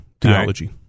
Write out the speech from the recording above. theology